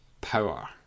power